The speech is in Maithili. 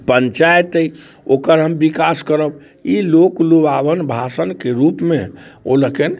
पञ्चायत अइ ओकर हम विकास करब ई लोक लुभावन भाषणके रूपमे ओ लोकनि